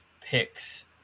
picks